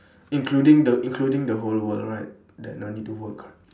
including the including the whole world right that no need to work